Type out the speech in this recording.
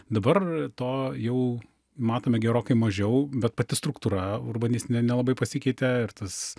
dabar to jau matome gerokai mažiau bet pati struktūra urbanistinė nelabai pasikeitė ir tas